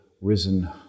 risen